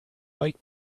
bike